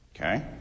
okay